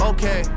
Okay